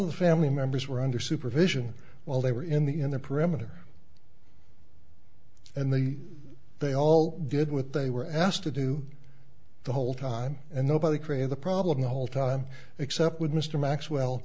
of the family members were under supervision while they were in the in the perimeter and then they all did with they were asked to do the whole time and nobody created the problem the whole time except with mr maxwell